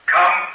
Come